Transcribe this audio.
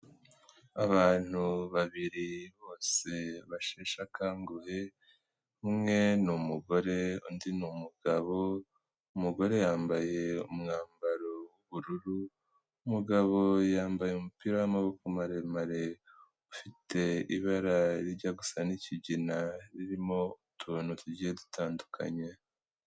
Abantu babiri bose basheshe akanguhe, umwe ni umugore undi ni umugabo; umugore yambaye umwambaro w'ubururu, umugabo yambaye umupira w'amaguru maremare, ufite ibara rijya gusa n'ikigina, ririmo utuntu tugiye dutandukanye.